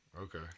Okay